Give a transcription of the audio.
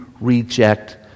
reject